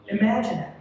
Imagine